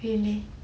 really